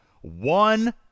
one